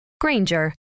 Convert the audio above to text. Granger